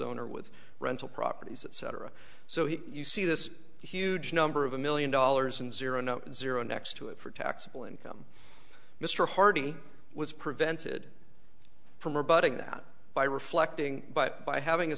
owner with rental properties that cetera so he you see this huge number of a million dollars and zero zero next to it for taxable income mr harding was prevented from rebutting that by reflecting but by having a